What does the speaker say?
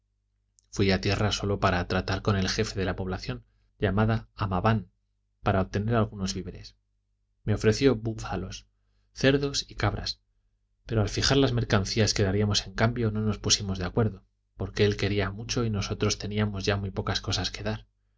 fui a tierra solo para tratar con el jefe de la población llamada amaban para obtener algunos víveres me ofreció búfalos cerdos y cabras pero al fijar las mercancías que daríamos en cambio no nos pusimos de acuerdo porque él quería mucho y nosotros teníamos ya muy pocas cosas que dar